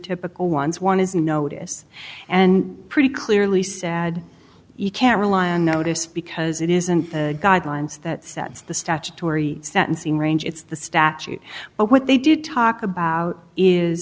typical ones one is notice and pretty clearly sad you can't rely on notice because it isn't the guidelines that sets the statutory sentencing range it's the statute but what they did talk about is